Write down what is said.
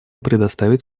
предоставить